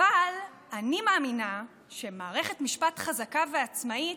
אבל אני מאמינה שמערכת משפט חזקה ועצמאית